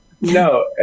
No